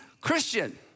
Christian